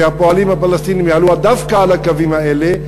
שהפועלים הפלסטינים יעלו דווקא על הקווים האלה,